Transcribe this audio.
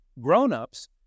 grown-ups